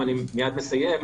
ואני מייד מסיים,